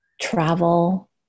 travel